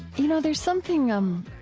you know, there's something um